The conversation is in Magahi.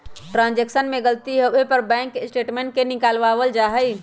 ट्रांजेक्शन में गलती होवे पर बैंक स्टेटमेंट के निकलवावल जा हई